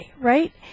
right